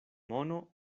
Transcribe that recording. mono